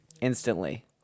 instantly